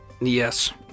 Yes